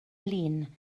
lin